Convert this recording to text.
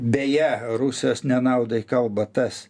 beje rusijos nenaudai kalba tas